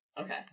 Okay